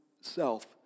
self